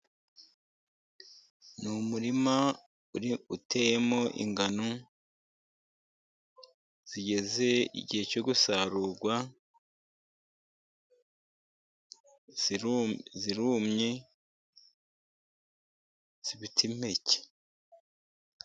Ni umurima uteyemo ingano zigeze igihe cyo gusarurwa, zirumye zifite impeke.